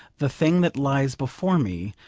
the thing that lies before me,